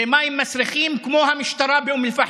במים מסריחים, כמו המשטרה באום אל-פחם,